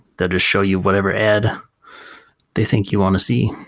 they'll just show you whatever ad they think you want to see.